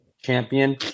champion